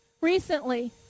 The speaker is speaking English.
recently